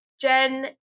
Jen